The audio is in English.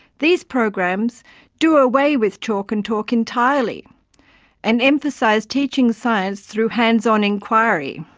these programs do away with chalk-and-talk entirely and emphasize teaching science through hands-on inquiry.